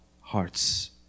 hearts